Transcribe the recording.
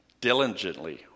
Diligently